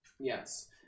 Yes